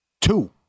two